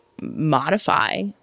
modify